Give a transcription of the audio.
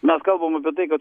mes kalbam apie tai kad